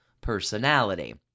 personality